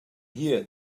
here